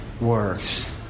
works